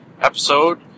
episode